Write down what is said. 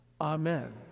Amen